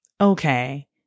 okay